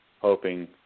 hoping